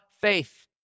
faith